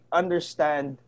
understand